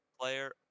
player